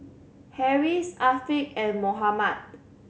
Harris Afiq and Muhammad